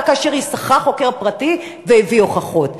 רק כאשר היא שכרה חוקר פרטי והביאה הוכחות.